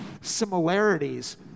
similarities